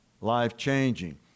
life-changing